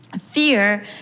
Fear